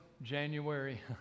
January